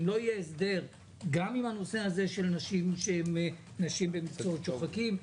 לא יהיה הסדר גם עם הנושא הזה של נשים במקצועות שוחקים,